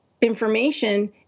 information